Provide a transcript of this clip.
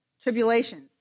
tribulations